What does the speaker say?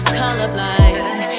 colorblind